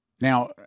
Now